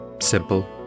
Simple